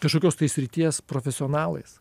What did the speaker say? kažkokios tai srities profesionalais